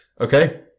Okay